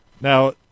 Now